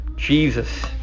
Jesus